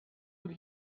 with